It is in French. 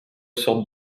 sortent